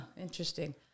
Interesting